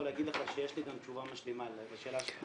להגיד לך שיש לי תשובה משלימה לשאלה שלך.